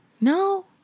No